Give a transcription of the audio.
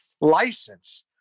license